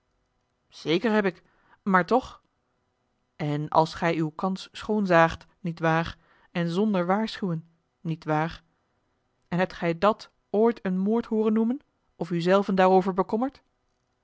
zeker heb ik maar toch en als gij uwe kans schoon zaagt niet waar en zonder waarschuwen niet waar en hebt gij dat ooit een moord hooren noemen of u zelven daarover bekommerd